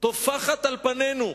טופחת על פנינו.